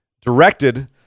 directed